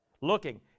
looking